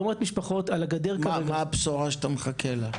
לא רק משפחות על הגדר כרגע- -- מה הבשורה שאתה מחכה לה?